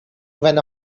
when